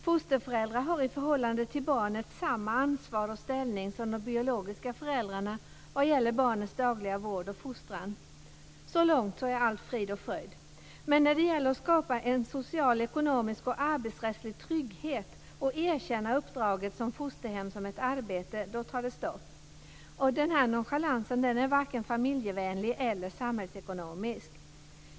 Fosterföräldrar har i förhållandet till barnet samma ansvar och ställning som de biologiska föräldrarna vad gäller barnets dagliga vård och fostran. Så långt är allt frid och fröjd. Men när det gäller att skapa social, ekonomisk och arbetsrättslig trygghet och att erkänna uppdraget som fosterhem som ett arbete är det stopp. Denna nonchalans är varken familjevänlig eller samhällsekonomisk.